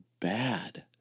bad